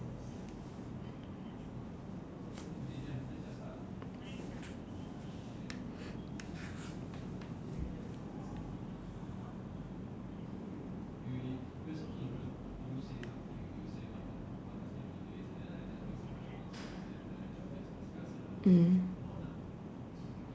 mm